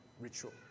ritual